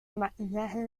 maquillaje